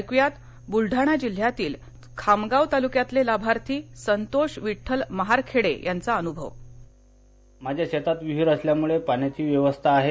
ऐकूया बुलडाणा जिल्ह्यातील खामगाव तालुक्यातले लाभार्थी संतोष विठ्ठल महारखेडे यांचा अन्भव माझ्या शेतात विहीर असल्यानं पाण्याची व्यवस्था आहे